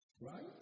Right